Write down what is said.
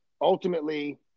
ultimately